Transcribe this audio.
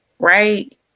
Right